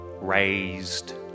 Raised